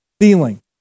feeling